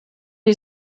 die